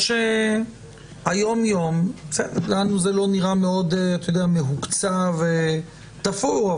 לנו זה לא נראה מאוד מהוקצה ותפור,